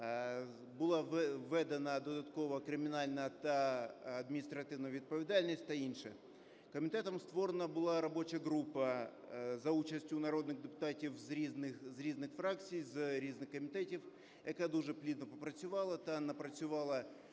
була введена додаткова кримінальна та адміністративна відповідальність та інше. Комітетом створена була робоча група за участю народних депутатів з різних фракцій, з різних комітетів, яка дуже плідно попрацювала та напрацювала